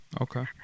okay